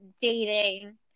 dating